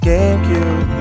Gamecube